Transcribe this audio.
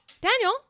Daniel